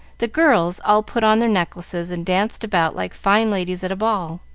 the girls all put on their necklaces, and danced about like fine ladies at a ball.